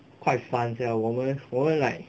quite fun sia 我们我们 like